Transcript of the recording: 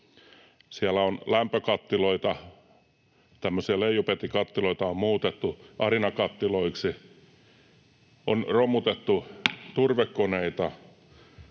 Siellä lämpökattiloita, tämmöisiä leijupetikattiloita, on muutettu arinakattiloiksi, on romutettu turvekoneita,